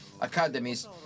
academies